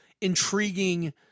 intriguing